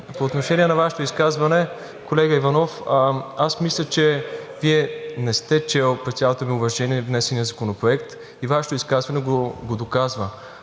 По отношение на Вашето изказване, колега Иванов, аз мисля, че Вие не сте чели, при цялото ми уважение, внесения законопроект и Вашето изказване го доказва.